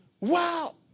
wow